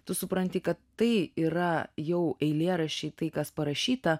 tu supranti kad tai yra jau eilėraščiai tai kas parašyta